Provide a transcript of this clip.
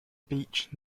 beach